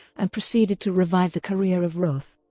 and proceeded to revive the career of roth.